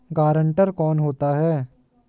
Guarantor कौन होता है?